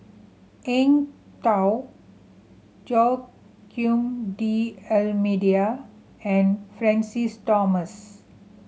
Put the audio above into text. Eng Tow Joaquim D'Almeida and Francis Thomas